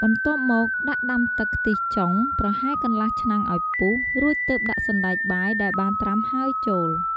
បន្ទាប់មក ដាក់ដាំទឹក ខ្ទិះចុង ប្រហែលកន្លះឆ្នាំងឱ្យពុះ រួចទើបដាក់សណ្ដែកបាយដែលបានត្រាំហើយចូល។